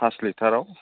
pass लिटाराव